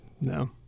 No